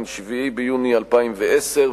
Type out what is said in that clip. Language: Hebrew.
7 ביוני 2010,